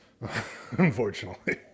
Unfortunately